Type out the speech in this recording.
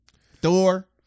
Thor